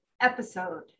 episode